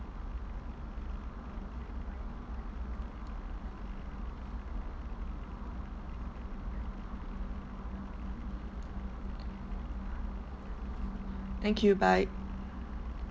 thank you bye